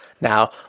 Now